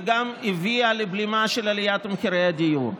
וגם הביאה לבלימה של עליית מחירי הדיור.